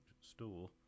store